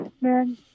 man